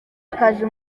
akazi